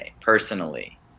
personally